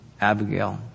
Abigail